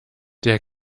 der